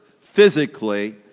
physically